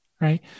right